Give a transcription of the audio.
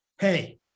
hey